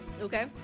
okay